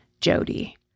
Jody